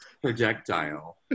projectile